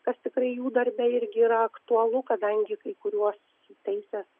kas tikrai jų darbe irgi yra aktualu kadangi kai kuriuos teisės